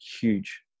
huge